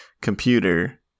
computer